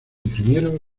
ingenieros